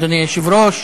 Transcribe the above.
אדוני היושב-ראש,